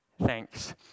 thanks